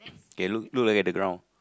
okay look look at the ground